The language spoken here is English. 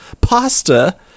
pasta